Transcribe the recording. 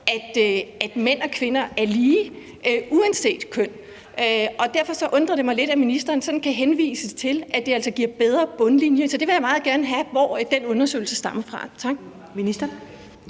at mænd og kvinder er lige uanset køn, og derfor undrer det mig lidt, at ministeren sådan kan henvise til, at det altså giver en bedre bundlinje. Så jeg vil meget gerne høre, hvor den undersøgelse stammer fra. Tak. Kl.